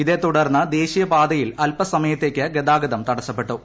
ഇതേതുടർന്ന് ദേശീയപാതയിൽ അല്പസമയ ത്തേക്ക് ഗതാഗതം തടസ്സപ്പെട്ടു